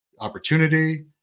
opportunity